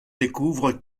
découvre